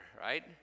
right